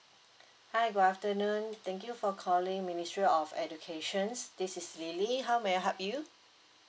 hi good afternoon thank you for calling ministry of educations this is L I L Y how may I help you